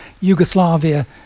Yugoslavia